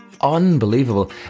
unbelievable